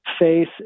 faith